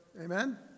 amen